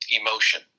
emotion